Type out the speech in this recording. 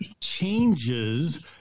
changes